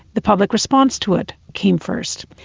the public response to it came first.